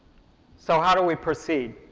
so, how do we proceed?